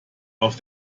auf